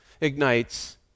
ignites